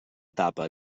etapa